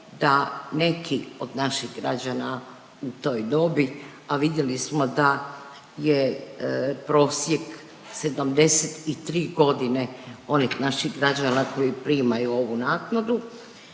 da neki od naših građana u toj dobi, a vidjeli smo da je prosjek 73 godine, onih naših građana koji primaju ovu naknadu.